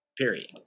Period